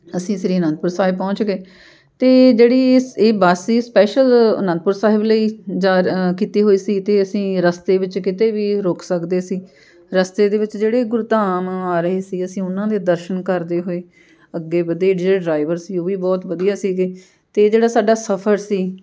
ਅਸੀਂ ਸ਼੍ਰੀ ਅਨੰਦਪੁਰ ਸਾਹਿਬ ਪਹੁੰਚ ਗਏ ਅਤੇ ਜਿਹੜੀ ਇਸ ਇਹ ਬੱਸ ਸੀ ਸਪੈਸ਼ਲ ਅਨੰਦਪੁਰ ਸਾਹਿਬ ਲਈ ਜਾਂ ਅ ਕੀਤੀ ਹੋਈ ਸੀ ਅਤੇ ਅਸੀਂ ਰਸਤੇ ਵਿੱਚ ਕਿਤੇ ਵੀ ਰੁਕ ਸਕਦੇ ਸੀ ਰਸਤੇ ਦੇ ਵਿੱਚ ਜਿਹੜੇ ਗੁਰੂਧਾਮ ਆ ਰਹੇ ਸੀ ਅਸੀਂ ਉਹਨਾਂ ਦੇ ਦਰਸ਼ਨ ਕਰਦੇ ਹੋਏ ਅੱਗੇ ਵਧੇ ਜਿਹੜੇ ਡਰਾਈਵਰ ਸੀ ਉਹ ਵੀ ਬਹੁਤ ਵਧੀਆ ਸੀਗੇ ਅਤੇ ਜਿਹੜਾ ਸਾਡਾ ਸਫ਼ਰ ਸੀ